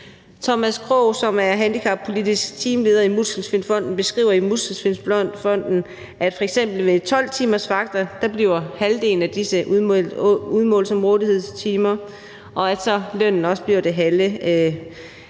Thomas Krog, som er handicappolitisk teamleder i Muskelsvindfonden, beskriver i »Muskelsvindfonden«, at ved 12-timersvagter bliver halvdelen af timerne f.eks. udmålt som rådighedstimer, og at lønnen også bliver det halve.